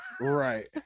Right